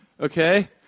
Okay